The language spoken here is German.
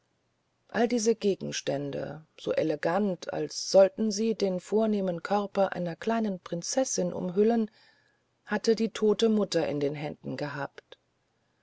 all diese gegenstände so elegant als sollten sie den vornehmen körper einer kleinen prinzessin umhüllen hatte die tote mutter in den händen gehabt